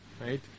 right